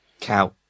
Cow